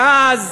ואז,